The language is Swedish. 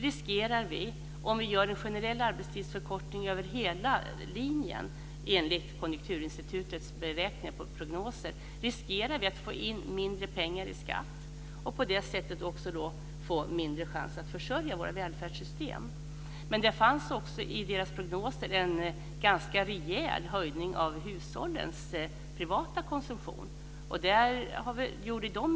Med en generell arbetstidsförkortning över hela linjen riskerar vi, enligt Konjunkturinstitutets beräkningar och prognoser, att mindre pengar kommer in i form av skatt. På det sättet minskar chanserna att försörja våra välfärdssystem. I prognoserna fanns det dock också en ganska rejäl höjning av hushållens privata konsumtion.